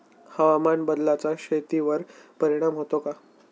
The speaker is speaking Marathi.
हवामान बदलाचा शेतीवर परिणाम होतो का?